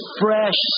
fresh